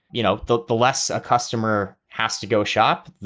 you know, the the less a customer has to go shop,